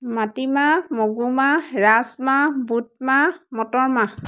মাটিমাহ মগুমাহ ৰাজমাহ বুটমাহ মটৰমাহ